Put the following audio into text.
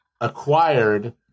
acquired